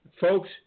Folks